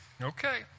Okay